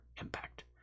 impact